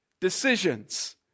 decisions